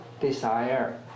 desire